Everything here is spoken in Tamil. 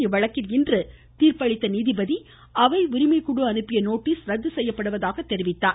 இவ்வழக்கில் இன்று தீர்ப்பளித்த நீதிபதி அவை உரிமைக்குழு அனுப்பிய நோட்டீஸ் ரத்து செய்யப்படுவதாக தீர்ப்பளித்தார்